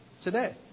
today